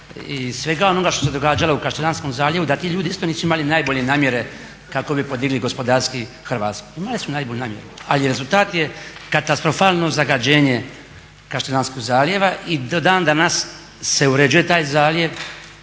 i svega onoga što se događalo u Kaštelanskom zaljevu da ti ljudi isto nisu imali najbolje namjere kako bi podigli gospodarski Hrvatsku? Imali su najbolje namjere ali rezultat je katastrofalno zagađenje Kaštelanskog zaljeva i do dan danas se uređuje taj zaljev